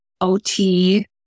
OT